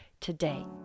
today